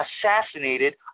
assassinated